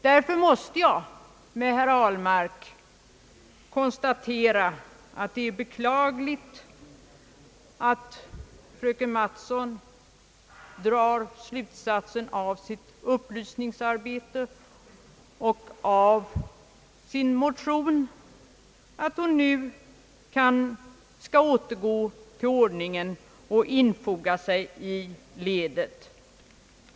Därför måste jag, tillsammans med herr Ahlmark, konstatera, att det är beklagligt att fröken Mattson drar den slutsatsen av sitt upplysningsarbete, att hon nu skall återgå till den s.k. ordningen och infoga sig i ledet.